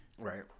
Right